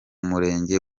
murenge